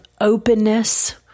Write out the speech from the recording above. openness